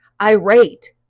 irate